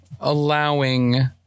allowing